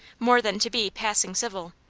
more than to be passing civil.